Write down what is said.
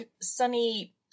Sunny